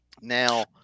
Now